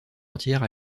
entière